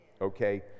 okay